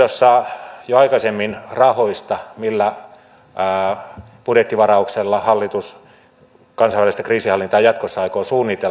kysyin jo aikaisemmin rahoista millä budjettivarauksella hallitus kansallista kriisinhallintaa jatkossa aikoo suunnitella